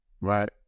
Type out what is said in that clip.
Right